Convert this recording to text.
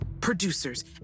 producers